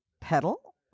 Pedal